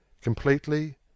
Completely